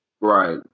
Right